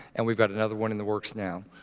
and we've got another one in the works now.